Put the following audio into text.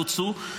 בוצעו,